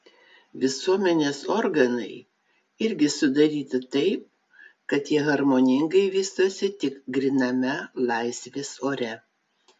visuomenės organai irgi sudaryti taip kad jie harmoningai vystosi tik gryname laisvės ore